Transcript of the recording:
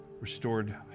restored